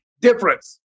difference